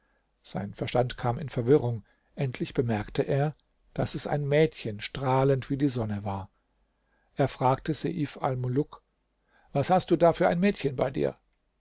sein verstand kam in verwirrung endlich bemerkte er daß es ein mädchen strahlend wie die sonne war er fragte seif almuluk was hast du da für ein mädchen bei dir